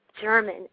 German